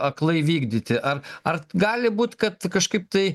aklai vykdyti ar ar gali būt kad kažkaip tai